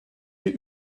hier